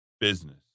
business